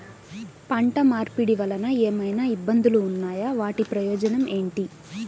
పంట మార్పిడి వలన ఏమయినా ఇబ్బందులు ఉన్నాయా వాటి ప్రయోజనం ఏంటి?